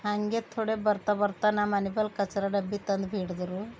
ಹಾಗೆ ಥೋಡೆ ಬರ್ತಾ ಬರ್ತಾ ನಮ್ಮ ಮನೆ ಬಲ್ ಕಚ್ರ ಡಬ್ಬಿ ತಂದು ಬಿಡ್ದರು